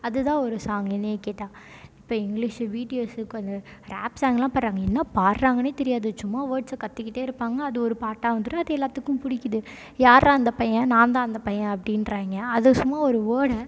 அது தான் ஒரு சாங் என்னை கேட்டால் இப்போ இங்கிலீஷு பிடிஎஸ்ஸு அந்த ராப் சாங்குலாம் பாடுறாங்க என்ன பாடுறாங்கன்னே தெரியாது சும்மா வோர்ட்ஸை கத்திக்கிட்டே இருப்பாங்க அது ஒரு பாட்டாக வந்துடும் அது எல்லோத்துக்கும் பிடிக்குது யார்றா அந்தப் பையன் நான் தான் அந்தப் பையன் அப்டின்றாங்க அது சும்மா ஒரு வோர்டை